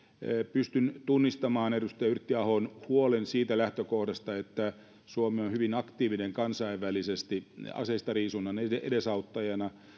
pystyn tunnistamaan edustaja yrttiahon huolen siitä lähtökohdasta että suomi on hyvin aktiivinen kansainvälisesti aseistariisunnan edesauttajana